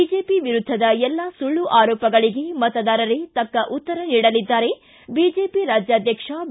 BJP ವಿರುದ್ದದ ಎಲ್ಲಾ ಸುಳ್ಳು ಆರೋಪಗಳಿಗೆ ಮತದಾರರೇ ತಕ್ಕ ಉತ್ತರ ನೀಡಲಿದ್ದಾರೆ ಬಿಜೆಪಿ ರಾಜ್ಯಾಧ್ಯಕ್ಷ ಬಿ